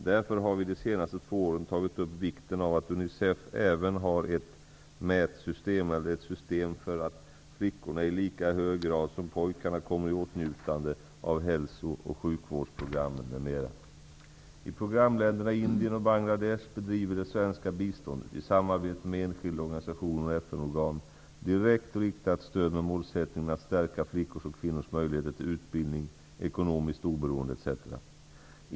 Därför har vi de senaste två åren framhållit vikten av att UNICEF även har ett I programländerna Indien och Bangladesh bedrivs det svenska biståndet, i samarbete med enskilda organisationer och FN-organ, som ett direkt riktat stöd med målsättningen att stärka flickors och kvinnors möjlighet till utbildning, ekonomiskt oberoende etc.